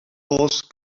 horse